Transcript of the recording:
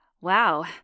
Wow